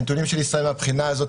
הנתונים של ישראל מהבחינה הזאת,